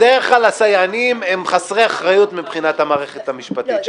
בדרך כלל הסייענים הם חסרי אחריות מבחינת המערכת המשפטית.